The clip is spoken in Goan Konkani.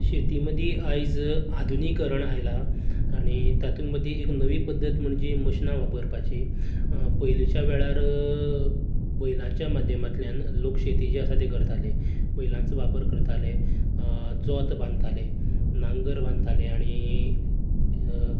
शेती मदीं आयज आधुनीकीकरण आयलां आनी तातूंत मदीं एक नवीं पद्दत म्हणजे मशिनां वापरपाची पयलीच्या वेळार बैलांच्या माध्यामांतल्यान लोक शेती जी आसा ती करताले बैलांचो वापर करताले जोत बांदताले नांगर बांदताले आनी